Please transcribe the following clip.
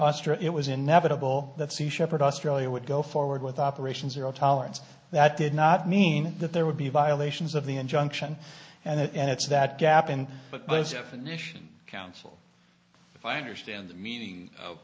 auster it was inevitable that sea shepherd australia would go forward with operations or zero tolerance that did not mean that there would be violations of the injunction and it's that gap in council if i understand the meaning of